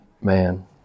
man